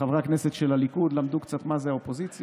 וחברי הכנסת של הליכוד למדו קצת מה זה אופוזיציה.